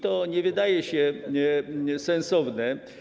To nie wydaje się sensowne.